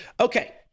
Okay